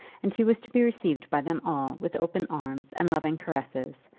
and he was to be received by them all with open arms and loving caresses,